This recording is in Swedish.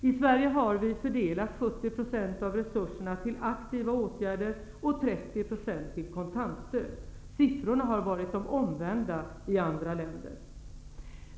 I Sverige har vi fördelat 70 % av resurserna till aktiva åtgärder och 30 % till kontantstöd. Siffrorna har varit de omvända i andra länder.